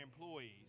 employees